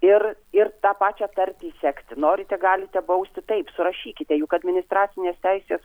ir ir tą pačią tartį sekti norite galite bausti taip surašykite juk administracinės teisės